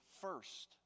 first